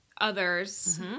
others